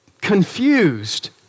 confused